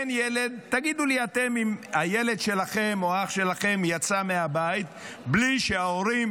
תגידו לי אתם אם הילד שלכם או אח שלכם יצא מהבית בלי שההורים